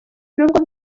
nubwo